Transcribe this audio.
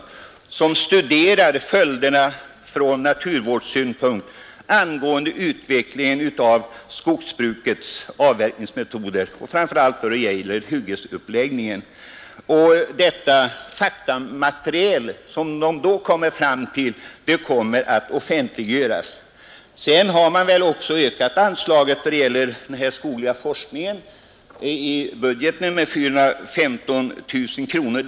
Denna arbetsgrupp studerar följderna från naturvårdssynpunkt av utvecklingen av skogsbrukets avverkningsmetoder, framför allt hyggesuppläggningen. Det faktamaterial som gruppen får fram kommer att offentliggöras. Vidare har anslaget i statsbudgeten för den skogliga forskningen ökat med 415 000 kronor.